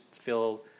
feel